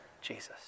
Jesus